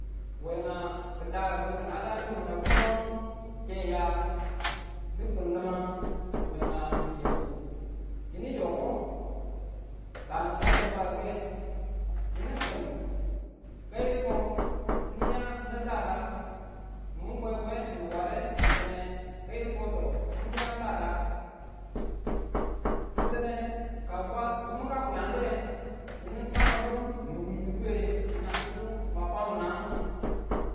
Wenga kidaku nan dadu wengan kumong, ke ya nu kun limang wenga kike ko yinu yoko a nin ma tabakike yinu kin ka yiduko, niya ni dada nin bwebwe ni ware tine kayidi ko to n ya dada, tintine ka bwa timi ka kwiyade, yinu kanodu ni witiduye yinangu ki̱ki ma fwaminang.